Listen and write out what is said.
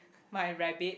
my rabbit